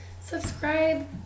subscribe